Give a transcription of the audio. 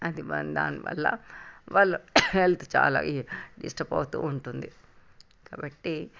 అది దానివల్ల వాళ్ళు హెల్త్ చాలా నష్ట పోతు ఉంటుంది కాబట్టి